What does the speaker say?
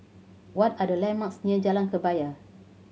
what are the landmarks near Jalan Kebaya